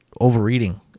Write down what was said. overeating